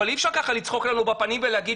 אבל אי אפשר ככה לצחוק לנו בפנים ולהגיד